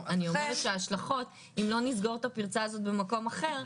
אני אומרת שאם לא נסגור את הפירצה הזאת במקום אחר,